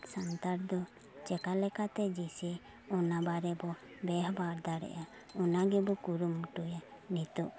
ᱥᱟᱱᱛᱟᱲ ᱫᱚ ᱪᱮᱠᱟ ᱞᱮᱠᱟᱛᱮ ᱡᱤᱥᱮ ᱚᱱᱟ ᱵᱟᱨᱮᱵᱚᱱ ᱵᱮᱦᱚᱵᱟᱨ ᱫᱟᱲᱮᱭᱟᱜᱼᱟ ᱚᱱᱟᱜᱮᱵᱚ ᱠᱩᱨᱩᱢᱩᱴᱩᱭᱟ ᱱᱤᱛᱚᱜ